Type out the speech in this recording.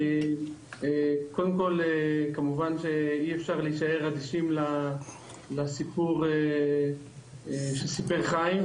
קודם כל כמובן שאי אפשר להישאר אדישים לסיפור שסיפר חיים,